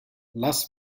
las